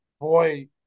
boy